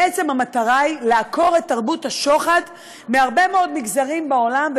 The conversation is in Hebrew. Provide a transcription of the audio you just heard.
בעצם המטרה היא לעקור את תרבות השוחד מהרבה מאוד מגזרים בעולם,